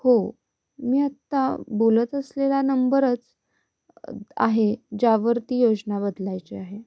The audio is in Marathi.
हो मी आत्ता बोलत असलेला नंबरच आहे ज्यावरती योजना बदलायची आहे